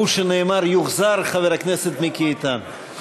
הוא שנאמר: יוחזר חבר הכנסת מיקי איתן.